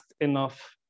enough